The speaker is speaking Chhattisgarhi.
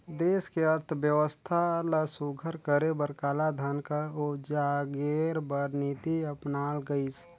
देस के अर्थबेवस्था ल सुग्घर करे बर कालाधन कर उजागेर बर नीति अपनाल गइस